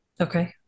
Okay